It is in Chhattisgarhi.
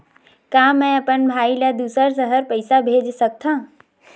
का मैं अपन भाई ल दुसर शहर पईसा भेज सकथव?